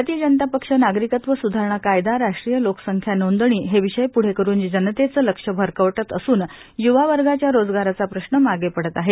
भारतीय जनता पक्ष नागरिकत्व सुधारणा कायदा राष्ट्रीय लोकसंख्या नोंदणी हे विषय प्ढे करुन जनतेचे लक्ष भरकटवत असून युवावर्गाच्या रोजगाराचा प्रश्न मागे पडत आहे